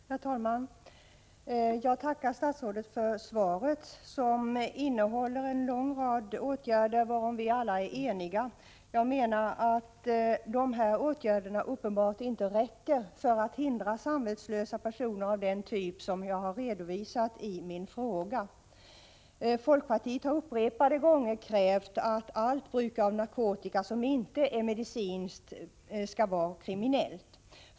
Herr talman! Jag tackar statsrådet för svaret, som innehåller en uppräkning av en lång rad åtgärder om vilka vi alla är eniga. Jag menar att dessa åtgärder uppenbarligen inte räcker för att hindra samvetslösa personer av den typ som jag har redovisat i min fråga. Folkpartiet har upprepade gånger krävt att allt bruk av narkotika, som inte är medicinskt, skall vara kriminellt.